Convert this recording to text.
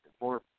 more